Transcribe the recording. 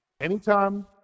Anytime